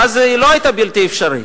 ואז היא לא היתה בלתי אפשרית.